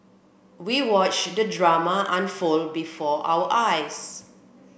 we watched the drama unfold before our eyes